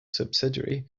subsidiary